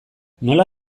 nola